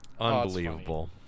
Unbelievable